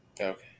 Okay